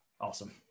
awesome